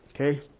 Okay